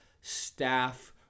staff